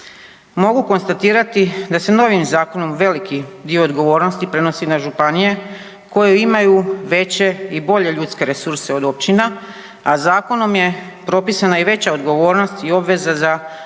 Mogu konstatirati da se novim zakonom veliki dio odgovornosti prenosi na županije koje imaju veće i bolje ljudske resurse od općina, a zakonom je propisana i veća odgovornost i obveza za davatelja